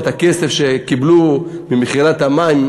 הכסף שקיבלו ממכירת המים,